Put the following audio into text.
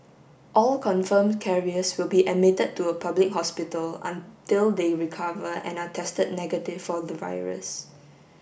all confirmed carriers will be admitted to a public hospital until they recover and are tested negative for the virus